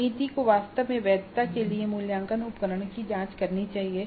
समिति को वास्तव में वैधता के लिए मूल्यांकन उपकरण की जांच करनी चाहिए